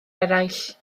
eraill